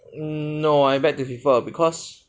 um no I beg to differ because